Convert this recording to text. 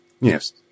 Yes